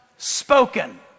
spoken